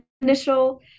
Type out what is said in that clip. initial